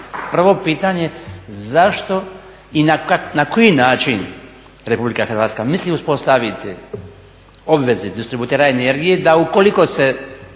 Prvo pitanje zašto i na koji način Republika Hrvatska misli uspostaviti obveze distributera energije da ukoliko se